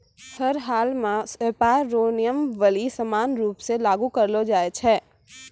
हर हालमे व्यापार रो नियमावली समान रूप से लागू करलो जाय छै